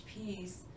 peace